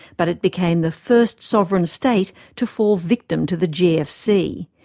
but it became the first sovereign state to fall victim to the gfc,